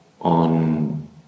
on